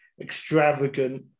extravagant